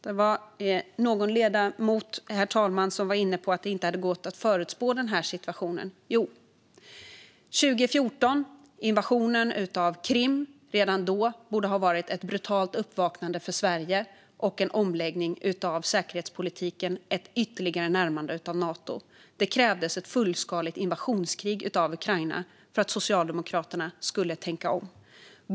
Det var någon ledamot, herr talman, som var inne på att det inte hade gått att förutspå den här situationen. Jo! Invasionen av Krim inträffade redan 2014 och borde ha varit ett brutalt uppvaknande för Sverige och lett till en omläggning av säkerhetspolitiken och ett ytterligare närmande till Nato. Men det krävdes ett fullskaligt invasionskrig i Ukraina för att Socialdemokraterna skulle tänka om.